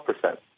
percent